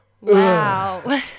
Wow